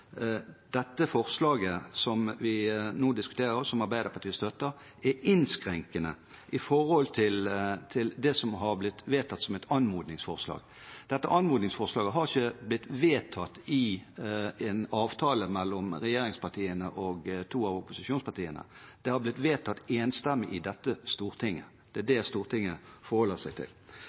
forslaget som vi nå diskuterer, som Arbeiderpartiet støtter, er innskrenkende i forhold til det som har blitt vedtatt som et anmodningsforslag. Dette anmodningsforslaget har ikke blitt vedtatt i en avtale mellom regjeringspartiene og to av opposisjonspartiene, det har blitt vedtatt enstemmig i dette storting. Det er det Stortinget forholder seg til.